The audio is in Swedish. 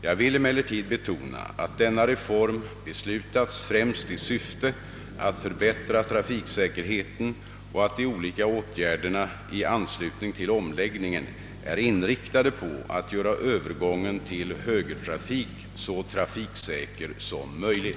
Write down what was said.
Jag vill emellertid betona att denna reform beslutats främst i syfte att förbättra trafiksäkerheten och att de olika åtgärderna i anslutning till omläggningen är inriktade på att göra övergången till högertrafik så trafiksäker som möjligt.